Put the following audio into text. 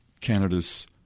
Canada's